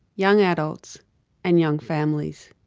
young adults and young families.